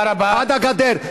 עד הגדר.